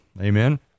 Amen